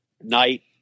night